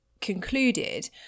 concluded